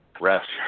rest